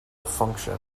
function